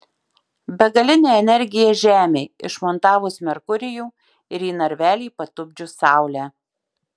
begalinė energija žemei išmontavus merkurijų ir į narvelį patupdžius saulę